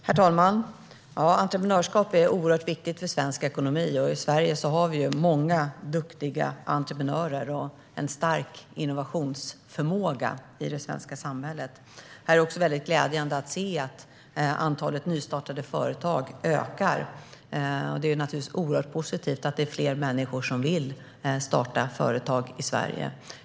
Herr talman! Entreprenörskap är oerhört viktigt för svensk ekonomi, och i Sverige har vi många duktiga entreprenörer och en stark innovationsförmåga. Det är glädjande att se att antalet nystartade företag ökar, och det är givetvis positivt att fler människor vill starta företag i Sverige.